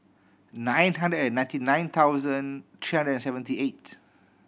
nine hundred and ninety nine thousand three hundred and seventy eight